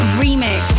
remix